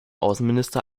außenminister